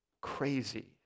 crazy